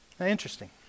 Interesting